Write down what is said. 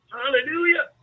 Hallelujah